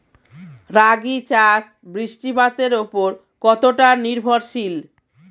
রাগী চাষ বৃষ্টিপাতের ওপর কতটা নির্ভরশীল?